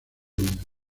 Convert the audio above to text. unidos